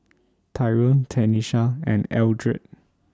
Tyrone Tenisha and Eldred